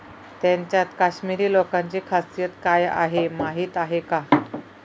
त्यांच्यात काश्मिरी लोकांची खासियत काय आहे माहीत आहे का?